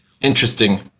interesting